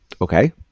Okay